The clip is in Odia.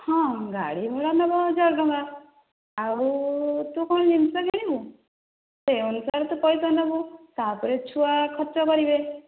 ହଁ ଗାଡ଼ି ଭଡ଼ା ନେବ ହଜାର ଟଙ୍କା ଆଉ ତୁ କ'ଣ ଜିନିଷ କିଣିବୁ ସେହି ଅନୁସାରେ ତୁ ପଇସା ନେବୁ ତା'ପରେ ଛୁଆ ଖର୍ଚ୍ଚ କରିବେ